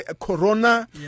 Corona